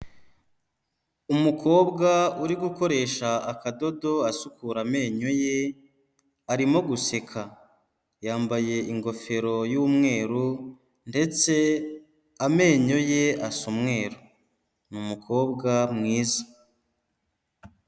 Umukobwa uri gukoresha akadodo asukura amenyo ye arimo guseka, yambaye ingofero y'umweru ndetse amenyo ye asa umweru, ni umukobwa mwiza.